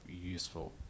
useful